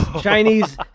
Chinese